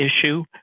issue